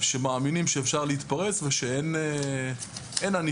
שמאמינים שאפשר להתפרץ ושאין ענישה,